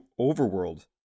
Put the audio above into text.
overworld